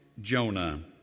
Jonah